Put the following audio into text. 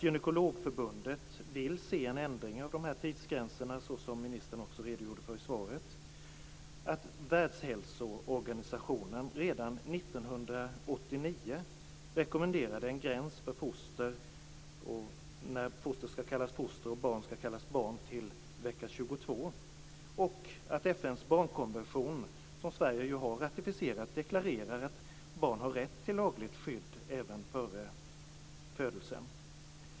Gynekologförbundet vill se en ändring av tidsgränserna, som ministern också redogjorde för i svaret. Världshälsoorganisationen rekommenderade redan 1989 en gräns för när foster skall kallas foster och barn skall kallas barn till vecka 22. FN:s barnkonvention, som Sverige ju har ratificerat, deklarerar att barn har rätt till lagligt skydd även före födelsen.